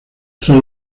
tras